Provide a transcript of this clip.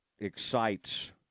excites